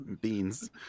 Beans